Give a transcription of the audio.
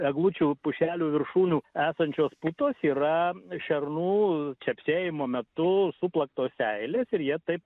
eglučių pušelių viršūnių esančios putos yra šernų čepsėjimo metu suplaktos seilės ir jie taip